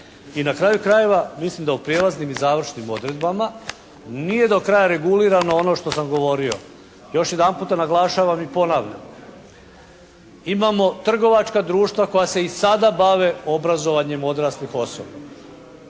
I na kraju krajeva, mislim da u prijelaznim i završnim odredbama nije do kraja regulirano ono što sam govorio. Još jedan puta naglašavam i ponavljam. Imamo i trgovačka društva koja se i sada bave obrazovanjem odraslih osoba.